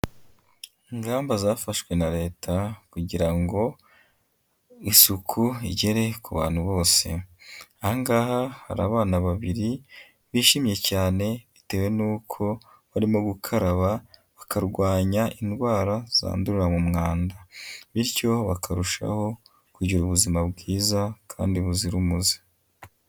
Ingamba zafashwe na Leta kugira ngo isuku igere ku bantu bose. Aha ngaha hari abana babiri bishimye cyane bitewe n'uko barimo gukaraba, bakarwanya indwara zandurira mu mwanda. Bityo bakarushaho kugira ubuzima bwiza kandi buzira umuze.